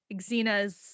Xena's